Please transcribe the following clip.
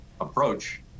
approach